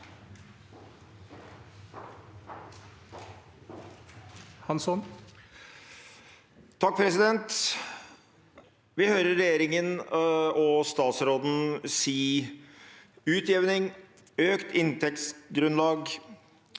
Hansson (MDG) Vi hører regje- ringen og statsråden si utjevning, økt inntektsgrunnlag,